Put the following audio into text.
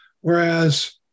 Whereas